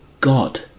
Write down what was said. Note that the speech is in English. god